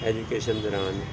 education ਦੌਰਾਨ